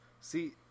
see